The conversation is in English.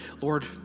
Lord